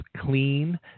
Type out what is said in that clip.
clean